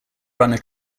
runner